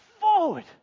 forward